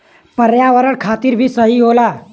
पर्यावरण खातिर भी सही होला